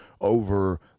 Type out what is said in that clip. over